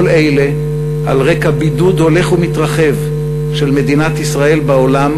כל אלה על רקע בידוד הולך ומתרחב של מדינת ישראל בעולם